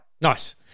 Nice